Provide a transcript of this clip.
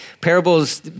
parables